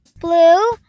blue